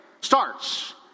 Starts